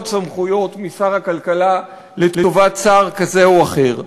סמכויות משר הכלכלה לטובת שר כזה או אחר,